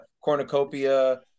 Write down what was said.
cornucopia